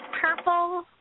purple